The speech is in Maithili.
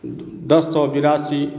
दस सए बेरासी